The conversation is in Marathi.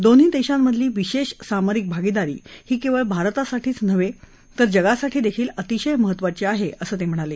दोन्ही देशांमधली विशेष सामरिक भागीदारी ही केवळ भारतासाठीच नव्हे तर जगासाठीही अतिशय महत्वाची आहे असं ते म्हणाले